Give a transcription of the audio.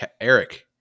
Eric